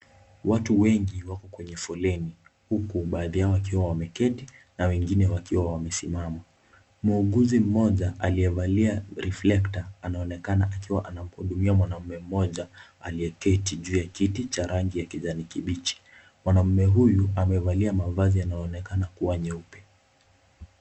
Watu wengi wako kwenye foleni huku baadhi yao wakiwa wameketi na wengine wakiwa wamesimama. Muuguzi mmoja aliyevalia riflekta anaonekana akiwa anamhudumia mwanaume mmoja aliyeketi juu ya kiti cha rangi ya kijani kibichi. Mwanaume huyu amevalia mavazi yanayoonekana kuwa nyeupe.